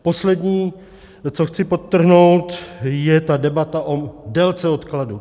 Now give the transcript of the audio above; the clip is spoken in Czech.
Poslední, co chci podtrhnout, je ta debata o délce odkladu.